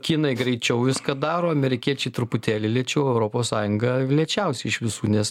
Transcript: kinai greičiau viską daro amerikiečiai truputėlį lėčiau o europos sąjunga lėčiausia iš visų nes